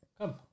Come